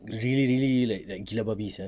really really like like gila babi sia